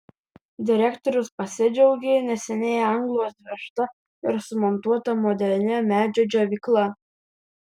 direktorius pasidžiaugė neseniai anglų atvežta ir sumontuota modernia medžio džiovykla